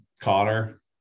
Connor